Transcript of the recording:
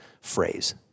phrase